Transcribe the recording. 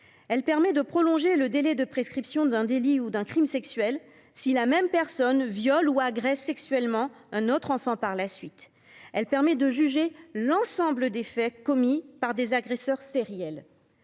Elle permet de prolonger le délai de prescription d’un délit ou d’un crime sexuel si la même personne viole ou agresse sexuellement un autre enfant par la suite ; elle permet donc de juger l’ensemble des faits commis par des agresseurs sériels.